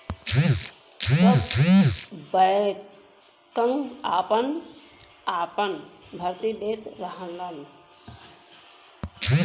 सब बैंकन आपन आपन भर्ती लेत रहलन